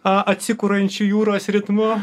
atsikuriančiu jūros ritmu